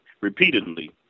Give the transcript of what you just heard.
repeatedly